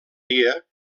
dia